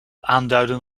aanduiden